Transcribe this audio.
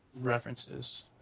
references